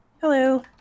Hello